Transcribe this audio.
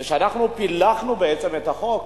כשאנחנו פילחנו את החוק,